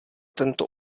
tento